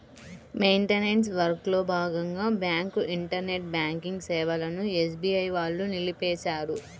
maintenance వర్క్లో భాగంగా bank internet banking సేవలను ఎస్బీఐ వాళ్ళు నిలిపేశారు